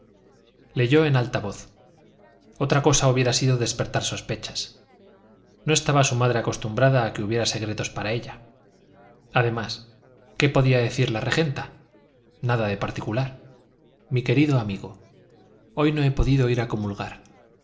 leyó en alta voz otra cosa hubiera sido despertar sospechas no estaba su madre acostumbrada a que hubiera secretos para ella además qué podía decir la regenta nada de particular mi querido amigo hoy no he podido ir a comulgar